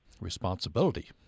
responsibility